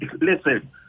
listen